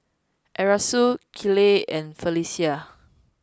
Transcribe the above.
Erastus Kiley and Felecia